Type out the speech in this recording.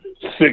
six